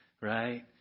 right